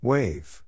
Wave